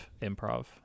improv